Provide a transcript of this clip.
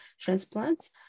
transplants